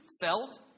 felt